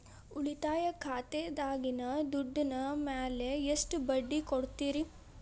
ಉಳಿತಾಯ ಖಾತೆದಾಗಿನ ದುಡ್ಡಿನ ಮ್ಯಾಲೆ ಎಷ್ಟ ಬಡ್ಡಿ ಕೊಡ್ತಿರಿ?